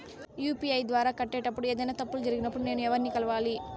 UPI ద్వారా కట్టేటప్పుడు ఏదైనా తప్పులు జరిగినప్పుడు నేను ఎవర్ని కలవాలి?